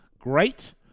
great